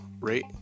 rate